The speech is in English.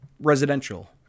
residential